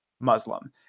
Muslim